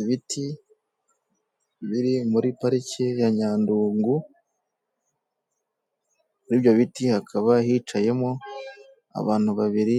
Ibiti biri muri pariki ya Nyandungu, muri ibyo biti hakaba hicayemo abantu babiri